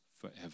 forever